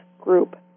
group